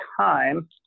time